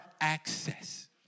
access